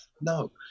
No